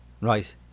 Right